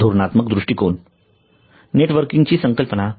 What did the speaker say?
धोरणात्मक दृष्टीकोन नेटवर्किंग ची संकल्पना